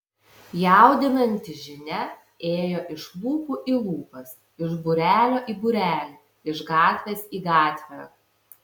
jaudinanti žinia ėjo iš lūpų į lūpas iš būrelio į būrelį iš gatvės į gatvę